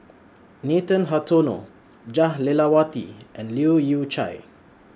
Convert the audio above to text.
Nathan Hartono Jah Lelawati and Leu Yew Chye